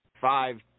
five